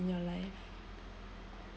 in your life